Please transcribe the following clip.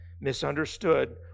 misunderstood